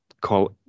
call